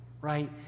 right